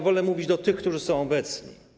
Wolę mówić do tych, którzy są obecni.